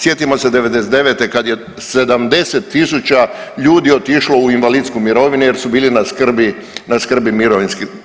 Sjetimo se '99.-te kad je 70 000 ljudi otišlo u invalidsku mirovinu, jer su bili na skrbi mirovinski.